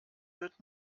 wird